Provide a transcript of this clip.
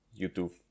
YouTube